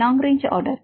long range order